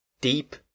Deep